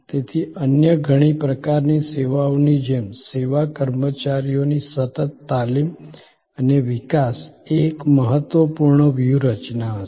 તેથી અન્ય ઘણી પ્રકારની સેવાઓની જેમ સેવા કર્મચારીઓની સતત તાલીમ અને વિકાસ એ એક મહત્વપૂર્ણ વ્યૂહરચના હશે